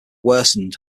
worsened